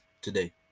today